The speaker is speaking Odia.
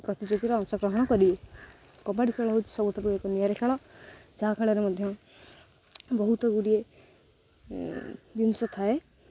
ପ୍ରତିଯୋଗୀତାରେ ଅଂଶଗ୍ରହଣ କରିବ କବାଡ଼ି ଖେଳ ହଉଚି ସବୁଠାରୁ ଏକ ନିଆରା ଖେଳ ଯାହା ଖେଳରେ ମଧ୍ୟ ବହୁତ ଗୁଡ଼ିଏ ଜିନିଷ ଥାଏ